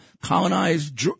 colonized